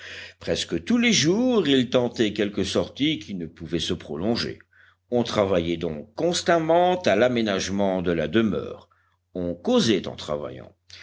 presque tous les jours ils tentaient quelques sorties qui ne pouvaient se prolonger on travaillait donc constamment à l'aménagement de la demeure on causait en travaillant